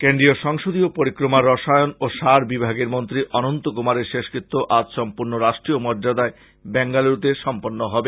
কেন্দ্রীয় সংসদীয় পরিক্রমা রসায়ন ও সার বিভাগের মন্ত্রী অনন্ত কুমারের শেষকৃত্য আজ সম্পূর্ণ রাষ্ট্রীয় মর্য্যাদায় বেঙ্গালরুতে সম্পন্ন হবে